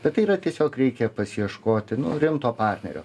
bet tai yra tiesiog reikia pasiieškoti nu rimto partnerio